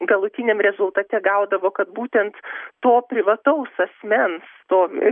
galutiniam rezultate gaudavo kad būtent to privataus asmens stovi